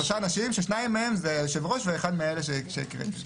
שלושה אנשים ששניים אלו היושב-ראש ואחד מאלה שהקראתי.